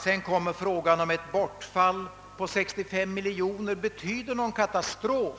Sedan är frågan om ett bortfall på 65 miljoner betyder någon katastrof